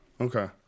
Okay